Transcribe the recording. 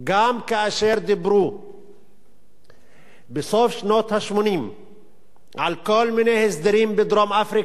גם כאשר דיברו בסוף שנות ה-80 על כל מיני הסדרים בדרום-אפריקה,